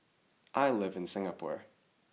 I live in Singapore